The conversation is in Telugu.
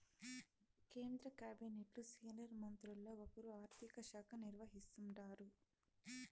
కేంద్ర కాబినెట్లు సీనియర్ మంత్రుల్ల ఒకరు ఆర్థిక శాఖ నిర్వహిస్తాండారు